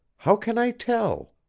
how can i tell?